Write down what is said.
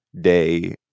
day